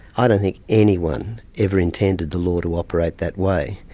i don't think anyone ever intended the law to operate that way.